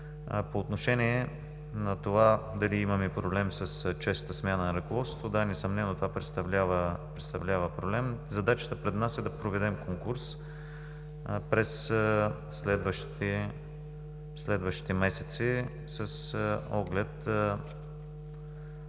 По отношение на това дали имаме проблем с честата смяна на ръководството, да, несъмнено това представлява проблем. Задачата пред нас е да проведем конкурс през следващите месеци с оглед